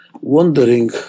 wondering